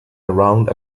around